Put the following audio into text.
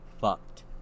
fucked